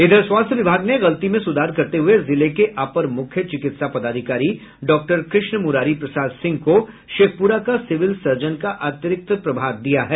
इधर स्वास्थ्य विभाग ने गलती में सुधार करते हुए जिले के अपर मुख्य चिकित्सा पदाधिकारी डाक्टर कृष्ण मुरारी प्रसाद सिंह को शेखपुरा का सिविल सर्जन का अतिरिक्त प्रभार दिया है